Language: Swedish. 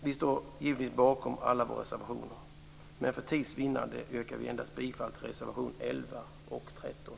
Vi står givetvis bakom alla våra reservationer, men för tids vinnande yrkar vi bifall endast till reservationerna 11 och 13.